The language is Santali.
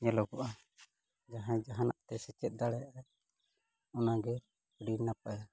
ᱧᱮᱞᱚᱜᱚᱜᱼᱟ ᱡᱟᱦᱟᱸᱭ ᱡᱟᱦᱟᱱᱟᱜ ᱛᱮ ᱥᱮᱪᱮᱫ ᱫᱟᱲᱮᱭᱟᱜ ᱟᱭ ᱚᱱᱟᱜᱮ ᱟᱹᱰᱤ ᱱᱟᱯᱟᱭᱟ